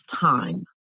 time